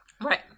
Right